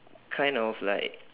kind of like